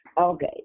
Okay